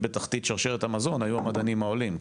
בתחתית שרשרת המזון היו המדענים העולים,